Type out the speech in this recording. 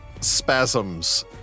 spasms